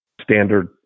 standard